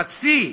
חצי,